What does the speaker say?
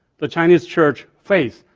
the chinese church face.